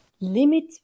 limit